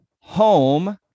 home